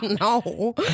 no